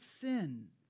sin